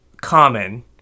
common